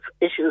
issues